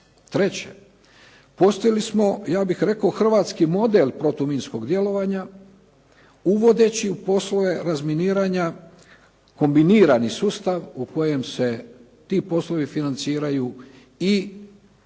Treće. Postali smo, ja bih rekao hrvatski model protuminskog djelovanja, uvodeći u poslove razminiranja kombinirani sustav u kojem se ti poslovi financiraju ti